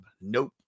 Nope